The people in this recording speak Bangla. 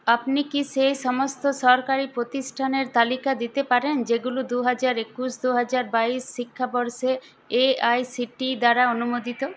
আপনি কি সেই সমস্ত সরকারি প্রতিষ্ঠানের তালিকা দিতে পারেন যেগুলো দু হাজার একুশ দু হাজার বাইশ শিক্ষাবর্ষে এআইসিটিই দ্বারা অনুমোদিত